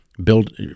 Build